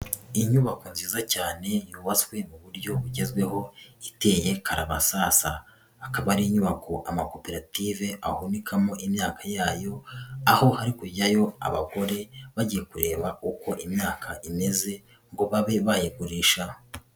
Inyubako nziza cyane yubatswe mu buryo bugezweho, iteye karabasasa. Akaba ari inyubako amakoperative ahunikamo imyaka yayo, aho ari kujyayo abagore, bagiye kureba uko imyaka imeze ngo babe bayigurisha.